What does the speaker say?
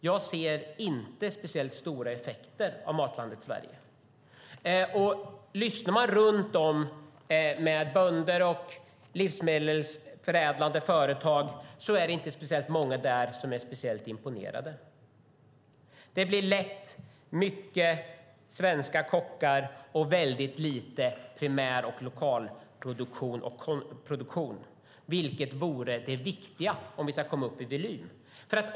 Jag ser inte speciellt stora effekter av Matlandet Sverige. Lyssnar man runt om med bönder och livsmedelsförädlande företag är det inte många som är speciellt imponerade. Det blir lätt mycket svenska kockar och väldigt lite primär och lokalproduktion, vilket vore det viktiga om vi ska komma upp i volym.